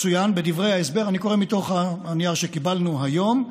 צוין בדברי ההסבר" אני קורא מתוך הנייר שקיבלנו היום,